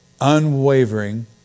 unwavering